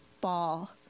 ball